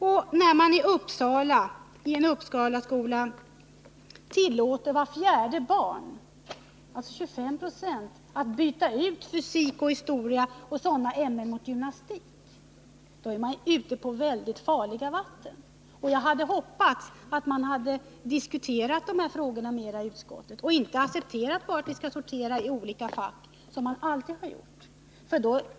Och när man i en Uppsalaskola tillåter vart fjärde barn, alltså 25 96, att byta ut fysik, historia och sådana ämnen mot gymnastik, då är man ute på väldigt farliga vatten. Jag hade hoppats att utskottet skulle ha diskuterat dessa frågor mer och inte accepterat att man sorterar i olika fack som man alltid har gjort.